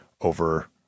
over